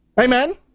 Amen